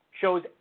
shows